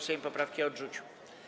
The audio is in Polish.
Sejm poprawki odrzucił.